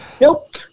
Nope